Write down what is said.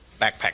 backpack